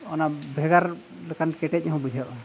ᱚᱱᱟ ᱵᱷᱮᱜᱟᱨ ᱞᱮᱠᱟᱱ ᱠᱮᱴᱮᱡ ᱦᱚᱸ ᱵᱩᱡᱷᱟᱹᱜᱼᱟ